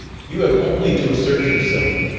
you have only to assert yourself,